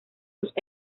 sus